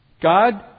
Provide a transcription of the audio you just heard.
God